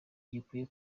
gikwiye